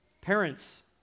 Parents